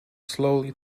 slowly